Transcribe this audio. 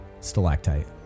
stalactite